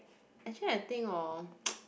actually I think hor